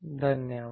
धन्यवाद